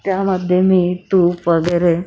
त्यामध्ये मी तूप वगैरे